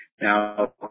Now